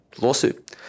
lawsuit